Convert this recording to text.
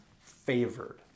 favored